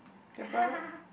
the brother